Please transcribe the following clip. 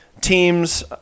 team's